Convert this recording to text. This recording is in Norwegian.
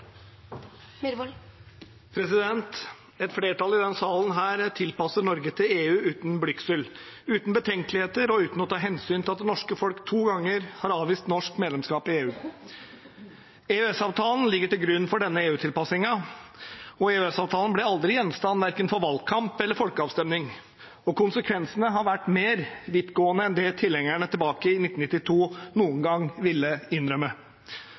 Et flertall i denne salen vil tilpasse Norge til EU uten blygsel, uten betenkeligheter og uten å ta hensyn til at det norske folk to ganger har avvist norsk medlemskap i EU. EØS-avtalen ligger til grunn for denne EU-tilpasningen. EØS-avtalen ble aldri gjenstand for verken valgkamp eller folkeavstemning, og konsekvensene har vært mer vidtgående enn det tilhengerne tilbake i 1992 noen gang ville innrømme.